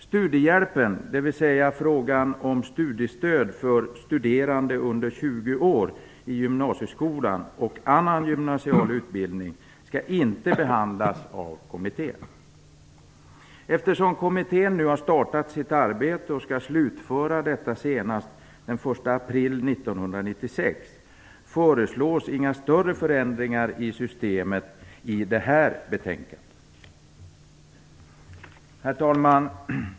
Studiehjälpen, dvs. frågan om studiestöd för studerande under 20 år i gymnasieskolan och annan gymnasial utbildning skall inte behandlas av kommittén. Eftersom kommittén nu har startat sitt arbete och skall slutföra detta senast den 1 april 1996 föreslås inga större förändringar i systemen i det här betänkandet. Herr talman!